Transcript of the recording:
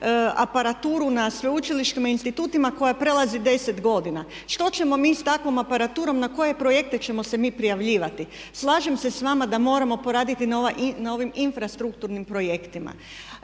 aparaturu na sveučilištima i institutima koja prelazi 10 godina. Što ćemo mi s takvom aparaturom, na koje projekte ćemo se mi prijavljivati? Slažem se s vama da moramo poraditi na ovim infrastrukturnim projektima